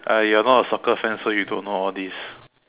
uh you're not a soccer fan so you don't know all these